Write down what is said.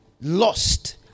lost